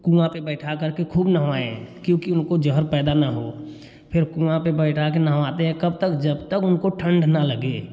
कुआँ पर बैठा करके खूब नहवाएँ क्योंकि उनको जहर पैदा न हो फिर कुआँ पर बैठा के नहवाते हैं कब तक जब तक उनको ठण्ड न लगे